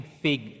fig